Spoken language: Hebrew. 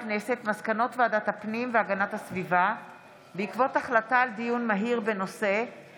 מסקנות ועדת הפנים והגנת הסביבה בעקבות דיון מהיר בהצעתה של חברת